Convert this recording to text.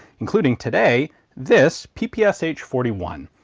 including today this ppsh yeah so ppsh forty one.